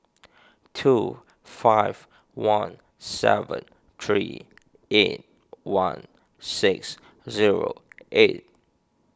two five one seven three eight one six zero eight